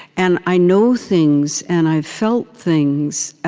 and i know things and i've felt things